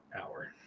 Hour